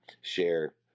share